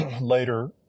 later